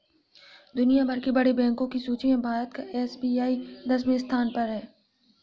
दुनिया भर के बड़े बैंको की सूची में भारत का एस.बी.आई दसवें स्थान पर है